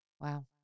Wow